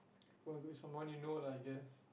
who wants do some money no lah I guess